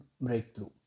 breakthrough